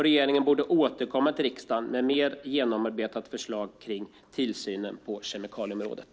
Regeringen borde återkomma till riksdagen med ett mer genomarbetat förslag för tillsynen på kemikalieområdet.